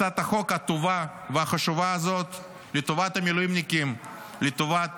הצעת החוק הטובה והחשובה הזאת לטובת המילואימניקים ולטובת